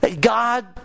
God